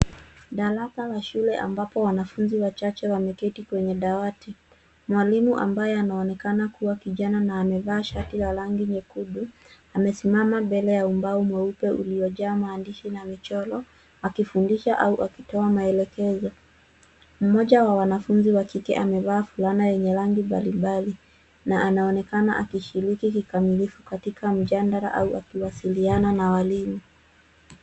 Darasa la shule ambapo wanafunzi wachache wameketi kwenye dawati. Mwalimu ambaye anaonekana kuwa kijana na amevaa shati ya rangi nyekundu, amesimama mbele ya ubao mweupe uliojaa maandishi na michoro akifundisha au akitoa maelezo. Mmoja wa wanafunzi wa kike amevaa fulana yenye rangi mbalimbali na anaonekana akishiriki kikamilifu katika mjadala au akiwasiliana na walimu.